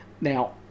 Now